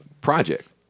project